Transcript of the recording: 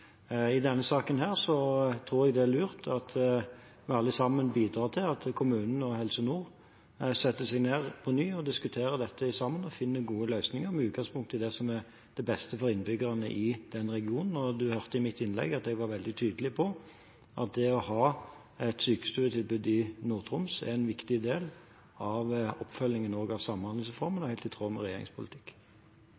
I denne saken tror jeg det er lurt at vi alle bidrar til at kommunene og Helse Nord setter seg ned på ny, diskuterer dette sammen og finner gode løsninger, med utgangspunkt i det som er det beste for innbyggerne i denne regionen. Representanten hørte i mitt innlegg at jeg var veldig tydelig på at det å ha et sykestuetilbud i Nord-Troms er også en viktig del av oppfølgingen av Samhandlingsreformen – og helt i tråd med regjeringens politikk.